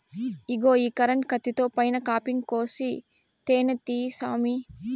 ఇగో ఈ కరెంటు కత్తితో పైన కాపింగ్ కోసి తేనే తీయి సామీ